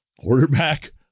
quarterback